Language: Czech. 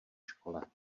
škole